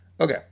Okay